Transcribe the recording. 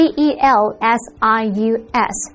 Celsius